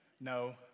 no